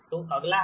तो अगला है